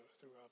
throughout